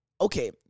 okay